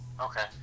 Okay